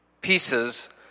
pieces